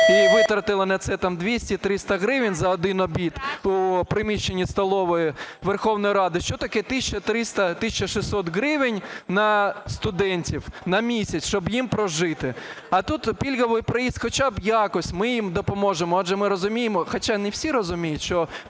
і витратили на це 200-300 гривень за один обід в приміщенні столової Верховної Ради, що таке 1 тисяча 300 – 1 тисяча 600 гривень для студентів на місяць, щоб їм прожити. А тут пільговий проїзд – хоча б якось ми їм допоможемо. Адже ми розуміємо, хоча не всі розуміють,